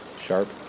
sharp